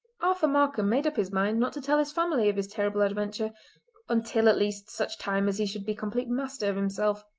arthur markam made up his mind not to tell his family of his terrible adventure until at least such time as he should be complete master of himself.